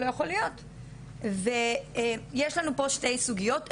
יש לנו פה שתי סוגיות,